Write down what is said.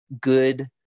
good